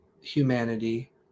humanity